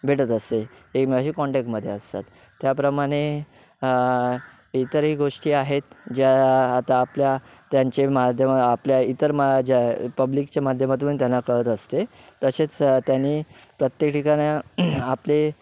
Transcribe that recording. भेटत असते एकमेकाशी कॉन्टॅकमध्ये असतात त्याप्रमाणे इतरही गोष्टी आहेत ज्या आता आपल्या त्यांचे माध्यम आपल्या इतर माझ्या पब्लिकच्या माध्यमातून त्यांना कळत असते तसेच त्यांनी प्रत्येक ठिकाणं आपले